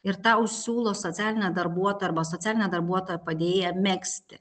ir tau siūlo socialinė darbuotoja arba socialinė darbuotoja padėdėja megzti